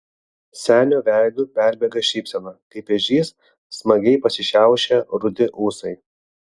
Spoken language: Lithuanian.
senio veidu perbėga šypsena kaip ežys smagiai pasišiaušę rudi ūsai